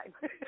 time